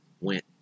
went